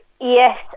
Yes